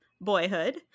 boyhood